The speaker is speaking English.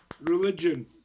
Religion